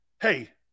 Hey